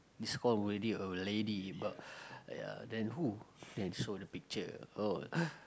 this call worthy of lady but ya then who then show the picture oh